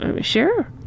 Sure